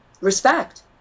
respect